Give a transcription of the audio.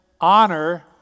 honor